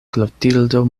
klotildo